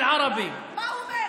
מה הוא אומר,